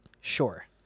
Sure